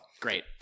great